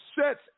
sets